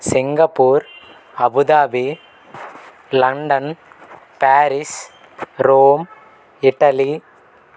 Singapore Abu Dhabi London Paris Rome Italy